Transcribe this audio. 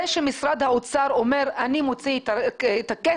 זה שמשרד האוצר אומר שהוא מוציא את הכסף,